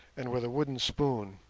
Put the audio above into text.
and with a wooden spoon.